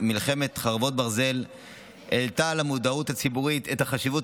מלחמת חרבות ברזל העלתה למודעות הציבורית את החשיבות